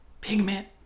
pigment